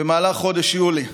במהלך חודש יולי,